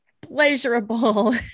pleasurable